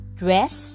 dress